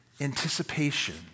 Anticipation